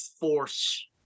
Force